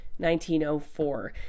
1904